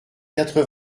quatre